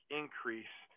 increase